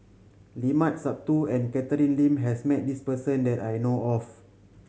Limat Sabtu and Catherine Lim has met this person that I know of